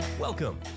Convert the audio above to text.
Welcome